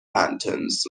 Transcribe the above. lanterns